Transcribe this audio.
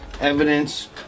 evidence